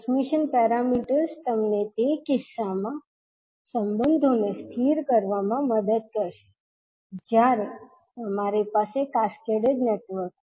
transmission parameters તમને તે કિસ્સાઓમાં સંબંધોને સ્થિર કરવામાં મદદ કરશે જ્યારે તમારી પાસે કેસ્કેડ નેટવર્ક હોય